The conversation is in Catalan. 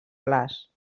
les